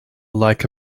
like